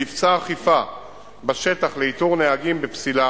מבצע אכיפה בשטח לאיתור נהגים בפסילה,